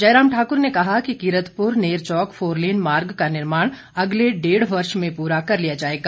जयराम ठाकुर ने कहा कि कीरतपुर नेरचौक फोर लेन मार्ग का निर्माण अगले डेढ़ वर्ष में पूरा कर लिया जाएगा